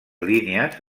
línies